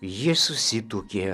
ji susituokė